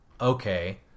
okay